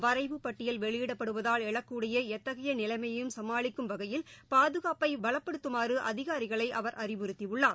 வரைவு பட்டியல் வெளியிடப்படுவதால் எழக்கூடியஎத்தகையநிலைமையையும் சமாளிக்கும் வகையில் பாதுகாப்பை பவப்படுத்துமாறு அதிகாரிகளை அவர் அவுறுத்தியுள்ளார்